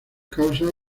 causa